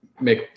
make